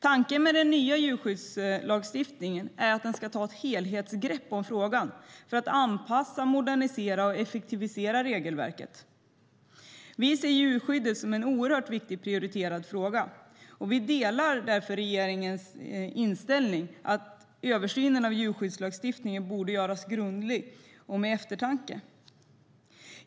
Tanken med den nya djurskyddslagstiftningen är att den ska ta ett helhetsgrepp om frågan för att anpassa, modernisera och effektivisera regelverket. Vi ser djurskyddet som en oerhört viktig och prioriterad fråga, och vi delar därför regeringens inställning att översynen av djurskyddslagstiftningen borde göras grundligt och med eftertanke.